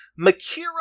Makira